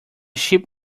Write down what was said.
ship